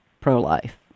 pro-life